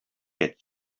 get